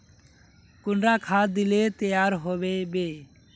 कुंडा खाद दिले तैयार होबे बे?